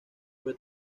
fue